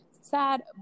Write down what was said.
sad